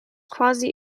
quasi